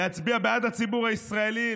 ולהצביע בעד הציבור הישראלי.